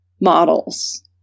models